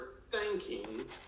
thanking